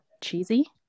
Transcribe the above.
cheesy